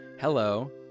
hello